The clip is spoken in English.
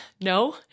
No